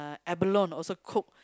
abalone also cook